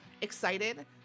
excited